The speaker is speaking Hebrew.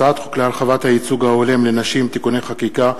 הצעת חוק להרחבת הייצוג ההולם לנשים (תיקוני חקיקה),